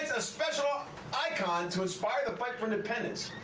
a special icon to inspire the fight for independence.